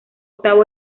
octavo